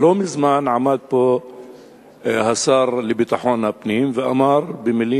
לא מזמן עמד פה השר לביטחון הפנים ואמר במלים